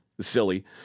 silly